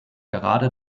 gerade